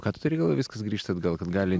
ką tu turi galvoj viskas grįžta atgal kad gali